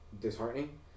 disheartening